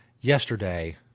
yesterday